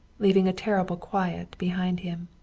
leaving a terrible quiet behind him.